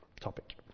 topic